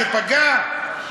זה פגע?